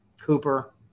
Cooper